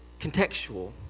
contextual